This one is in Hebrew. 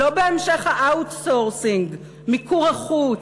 לא בהמשך ה-outsourcing, מיקור-החוץ,